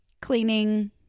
cleaning